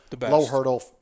low-hurdle –